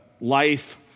life